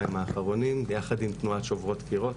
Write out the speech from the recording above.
בשבועיים האחרונים, ביחד עם תנועת "שוברות קירות".